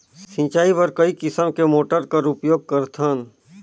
सिंचाई बर कई किसम के मोटर कर उपयोग करथन?